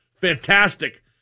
fantastic